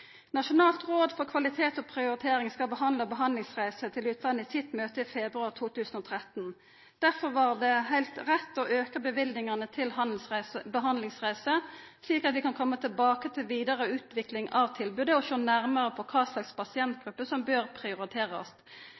Nasjonalt råd for kvalitet og prioritering skal behandla behandlingsreiser til utlandet i sitt møte i februar 2013. Derfor var det heilt rett å auka løyvingane til behandlingsreiser, slik at vi kan koma tilbake til vidare utvikling av tilbodet og sjå nærare på kva slags pasientgrupper som bør prioriterast.